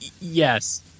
Yes